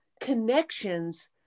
connections